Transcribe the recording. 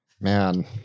man